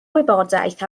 wybodaeth